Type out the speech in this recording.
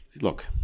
Look